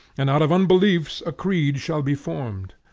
and out of unbeliefs a creed shall be formed.